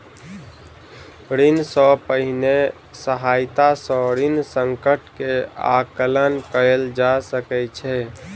ऋण सॅ पहिने सहायता सॅ ऋण संकट के आंकलन कयल जा सकै छै